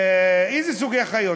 איזה סוגי חיות?